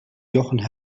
jochen